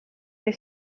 que